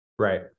Right